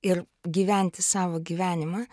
ir gyventi savo gyvenimą